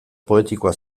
poetikoa